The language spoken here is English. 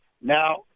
Now